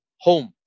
home